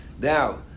Now